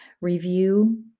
review